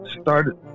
started